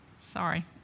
Sorry